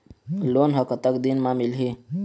Loan ह कतक दिन मा मिलही?